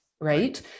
right